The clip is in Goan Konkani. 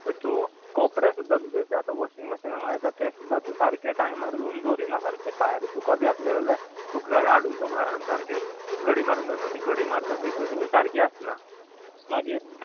बट तूं कोपडे सुद्दां तुजे ते आतां वॉशींग मशिनान लायता तें सुद्दां तूं सारके टायमार धुवन दवरिना सारके भायर सुकत घातले जाल्यार सुकलेले हाडून तूं घरान सारके घडी मारून दवरिना ती घडी मारता ती सुद्दां तुजी सारकी आसना मागीर